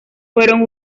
fueron